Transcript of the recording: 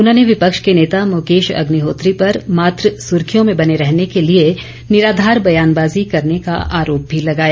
उन्होंने विपक्ष के नेता मुकेश अभ्निहोत्री पर मात्र सुर्खियों में बने रहने के लिए निराधार ब्यानबाजी करने का आरोप भी लगाया